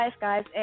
guys